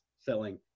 selling